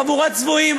חבורת צבועים,